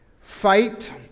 fight